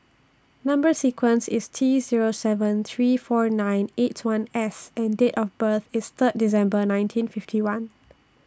Number sequence IS T Zero seven three four nine eight one S and Date of birth IS Third December nineteen fifty one